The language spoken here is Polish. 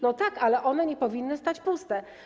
No tak, ale one nie powinny stać puste.